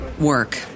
work